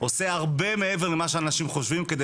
עושה הרבה מעבר למה שאנשים חושבים כדי